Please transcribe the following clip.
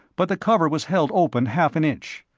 but the cover was held open half an inch.